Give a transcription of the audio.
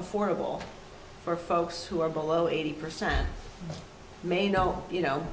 affordable for folks who are below eighty percent may know you know